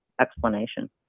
explanation